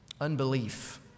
Unbelief